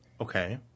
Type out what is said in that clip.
Okay